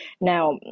Now